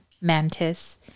mantis